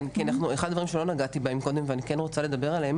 אחד הדברים שלא נגעתי בהם קודם ואני כן רוצה לדבר עליהם